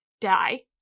die